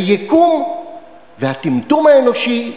היקום והטמטום האנושי.